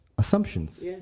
Assumptions